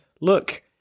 look